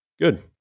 Good